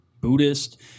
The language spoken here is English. Buddhist